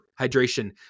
hydration